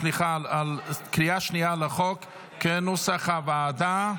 להצבעה בקריאה שנייה על הצעת החוק כנוסח הוועדה.